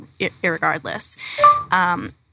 irregardless –